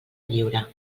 lliure